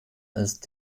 ist